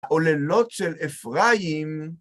העוללות של אפריים